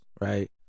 right